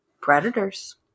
predators